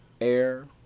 air